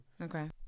Okay